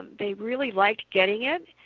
they really liked getting it,